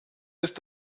ist